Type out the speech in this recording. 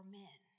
men